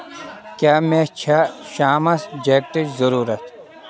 کیٛاہ مےٚ چھےٚ شامس جیکٹٕچ ضروٗرت